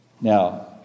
Now